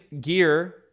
gear